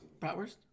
Bratwurst